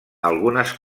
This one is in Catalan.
algunes